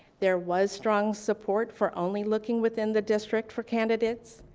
there was strong support for only looking within the district for candidates.